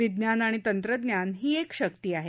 विज्ञान आणि तंत्रज्ञान ही एक शक्ती आहे